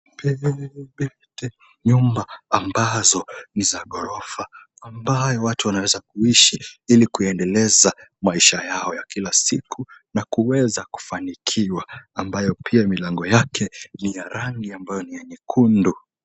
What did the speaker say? Nyumba ambazo ni za ghorofa, ambayo watu wanaweza kuishi ili kuendeleza maisha yao ya kila siku na kuweza kufanikiwa, ambayo pia milango yake ni ya rangi ambayo ni ya nyekundu.